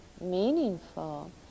meaningful